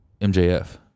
MJF